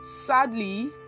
sadly